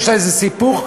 יש לה איזה סיפור חדש,